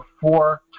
four